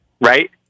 right